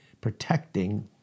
protecting